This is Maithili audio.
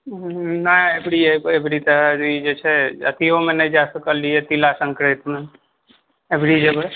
नहि अबरी एलिय अबरी तऽ ई जे छै अथियोमे नहि जा सकलियै तिला संक्रांतिमे अबरी जेबै